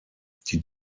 die